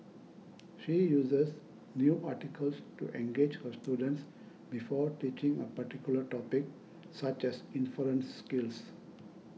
she uses news articles to engage her students before teaching a particular topic such as inference skills